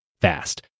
fast